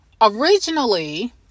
originally